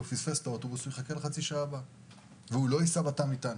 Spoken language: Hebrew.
פספס את האוטובוס ויחכה עוד חצי שעה אבל לא ייסע בתא המטען.